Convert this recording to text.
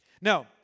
Now